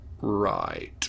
Right